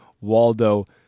Waldo